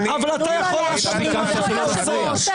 אבל אתה יכול להשחיל מה שאתה רוצה.